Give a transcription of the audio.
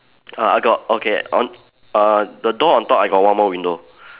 uh I got okay on err the door on top I got one more window